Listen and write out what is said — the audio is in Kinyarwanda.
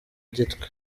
gitwe